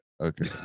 Okay